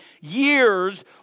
years